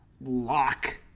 lock